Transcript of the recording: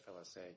FLSA